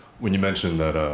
when you mentioned that